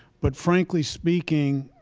but, frankly speaking,